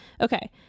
okay